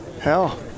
Hell